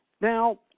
Now